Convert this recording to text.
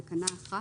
בתקנה 1